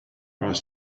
are